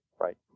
right